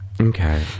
Okay